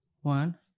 One